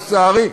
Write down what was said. לצערי,